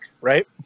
right